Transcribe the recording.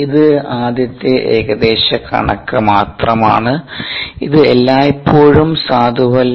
ഇത് ആദ്യത്തെ ഏകദേശ കണക്ക് മാത്രമാണ് ഇത് എല്ലായ്പ്പോഴും സാധുവല്ല